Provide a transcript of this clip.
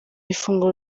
ifunguro